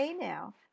now